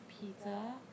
pizza